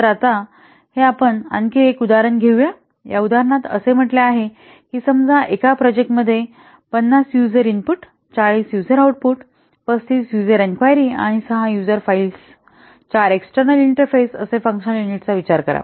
तर आता आपण हे आणखी एक उदाहरण घेऊया या उदाहरणात असे म्हटले आहे की समजा एका प्रोजेक्ट मध्ये 50 user input 40 user output 35 user enquiry आणि 6 यूजर फाइल्स 4 एक्सटर्नल इंटरफेस असे फंकशनल युनिट्सचा विचार करा